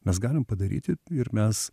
mes galim padaryti ir mes